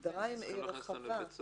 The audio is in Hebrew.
ההגדרה היא מאוד רחבה.